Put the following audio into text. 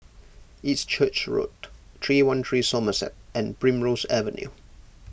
East Church Road three one three Somerset and Primrose Avenue